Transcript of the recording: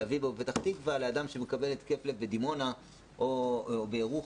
אביב או בפתח תקווה לבין אדם שמקבל התקף לב בדימונה או בירוחם.